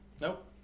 Nope